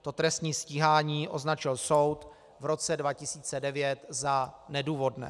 To trestní stíhání označil soud v roce 2009 za nedůvodné.